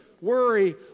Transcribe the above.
worry